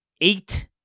eight